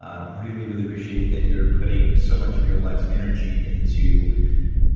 ah really really appreciate that you're putting so much of your life's energy into